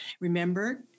remember